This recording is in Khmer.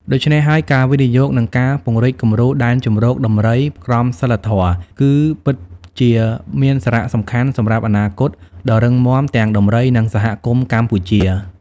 ដូច្នេះហើយ ការវិនិយោគ និងការពង្រីកគំរូដែនជម្រកដំរីក្រមសីលធម៌ គឺពិតជាមានសារៈសំខាន់សម្រាប់អនាគតដ៏រឹងមាំទាំងដំរី និងសហគមន៍កម្ពុជា។